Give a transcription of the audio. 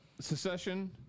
Secession